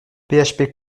php